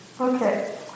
Okay